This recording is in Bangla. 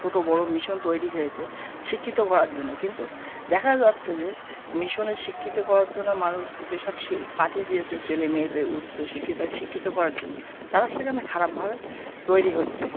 ছোটো বড়ো মিশন তৈরি হয়েছে শিক্ষিত করার জন্য কিন্তু দেখা যাচ্ছে যে মিশনের শিক্ষিত করার জন্য মানুর যেই সব শি পাঠিয়ে দিয়েছে ছেলে মেয়েদের উচ্চ শিক্ষায় শিক্ষিত করার জন্য তারা সেখানে খারাপভাবে তৈরি হচ্ছে